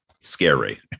scary